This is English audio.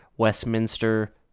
Westminster